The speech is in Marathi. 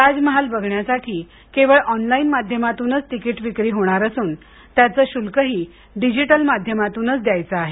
ताज महाल बघण्यासाठी केवळ ऑनलाईन माध्यमातूनच तिकीट विक्री होणार असून त्याचं शुल्कही डिजिटल माध्यमातूचं द्यायचं आहे